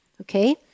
okay